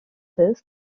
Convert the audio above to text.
this